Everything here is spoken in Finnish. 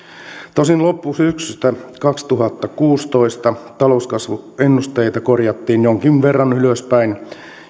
tosin loppusyksystä kaksituhattakuusitoista talouskasvuennusteita korjattiin jonkin verran ylöspäin